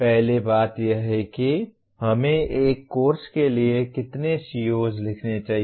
पहली बात यह है कि हमें एक कोर्स के लिए कितने COs लिखने चाहिए